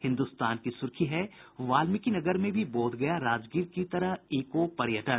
हिन्दुस्तान की सुर्खी है वाल्मिकीनगर में भी बोधगया राजगीर की तरह इको पर्यटन